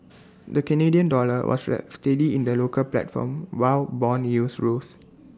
the Canadian dollar was steady in the local platform while Bond yields rose